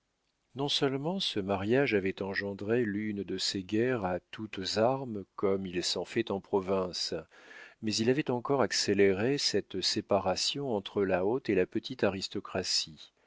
monsieur non-seulement ce mariage avait engendré l'une de ces guerres à toutes armes comme il s'en fait en province mais il avait encore accéléré cette séparation entre la haute et la petite aristocratie